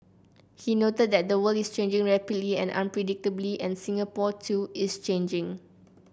he noted that the world is changing rapidly and unpredictably and Singapore too is changing